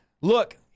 Look